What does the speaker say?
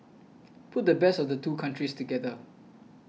put the best of the two countries together